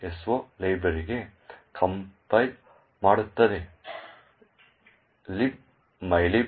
so ಲೈಬ್ರರಿಗೆ compile ಮಾಡುತ್ತದೆ libmylib